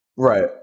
Right